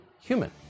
human